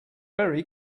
very